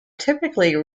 typically